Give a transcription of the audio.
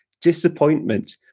disappointment